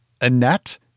Annette